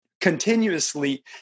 continuously